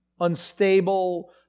Unstable